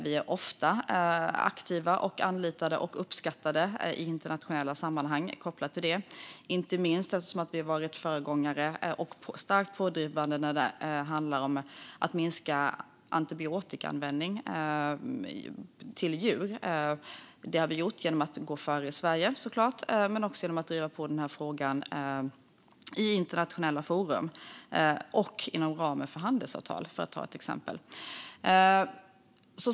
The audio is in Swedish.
Vi är ofta aktiva, anlitade och uppskattade i internationella sammanhang, kopplat till det. Det är vi inte minst eftersom vi har varit föregångare och starkt pådrivande när det handlar om att minska antibiotikaanvändningen för djur. Detta har vi gjort genom att gå före i Sverige, såklart, men också genom att driva den frågan i internationella forum och inom ramen för handelsavtal, för att ta ett exempel.